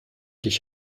dich